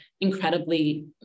incredibly